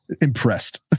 impressed